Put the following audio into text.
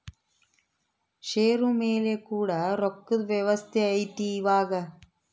ಷೇರು ಮೇಲೆ ಕೂಡ ರೊಕ್ಕದ್ ವ್ಯವಸ್ತೆ ಐತಿ ಇವಾಗ